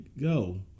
go